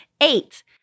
eight